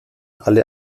alle